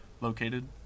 located